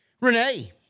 Renee